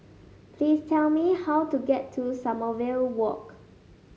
please tell me how to get to Sommerville Walk